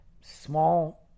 small